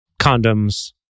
condoms